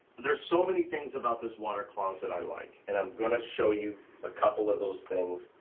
there's so many things about this water closet that i like, and i'm gonna show you a couple of those things,